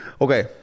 Okay